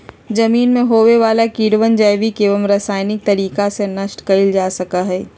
जमीन में होवे वाला कीड़वन जैविक एवं रसायनिक तरीका से नष्ट कइल जा सका हई